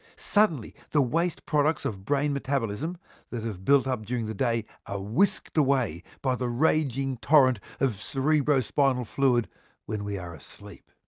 suddenly, the waste products of brain metabolism that have built up during the day are ah whisked away by the raging torrent of cerebrospinal fluid when we are asleep.